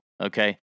okay